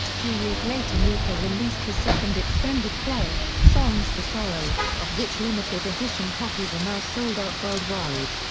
two years later mika released his second extended play, songs for sorrow, of which limited edition copies are now sold out worldwide.